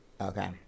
Okay